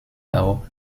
auch